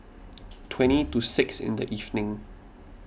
twenty to six in the evening